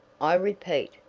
i repeat.